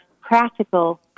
practical